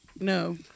No